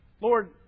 Lord